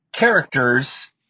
Characters